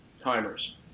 timers